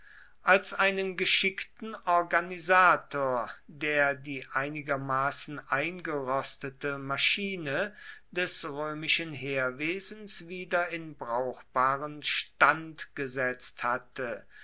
als einen geschickten organisator der die einigermaßen eingerostete maschine des römischen heerwesens wieder in brauchbaren stand gesetzt hatte